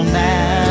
now